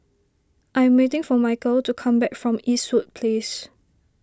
I am waiting for Michial to come back from Eastwood Place